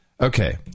Okay